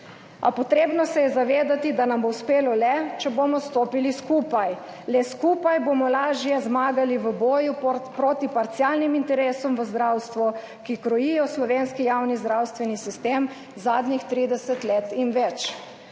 potrebno se je zavedati, da nam bo uspelo le, če bomo stopili skupaj. Le skupaj bomo lažje zmagali v boju proti parcialnim interesom v zdravstvu, ki krojijo slovenski javni zdravstveni sistem zadnjih 30 let in več.